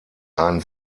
einen